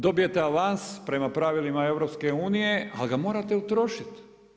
Dobijete avans prema pravilima EU, ali ga morate utrošiti.